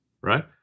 right